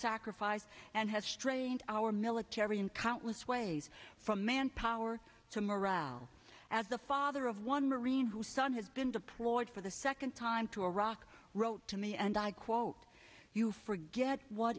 sacrifice and has strained our military in countless ways from manpower to morale as the father of one marine who's son had been deployed for the second time to iraq wrote to me and i quote you forget what